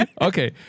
Okay